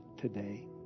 today